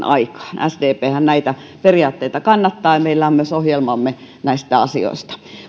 aikaan sdphän näitä periaatteita kannattaa ja meillä on myös ohjelmamme näistä asioista